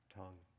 tongue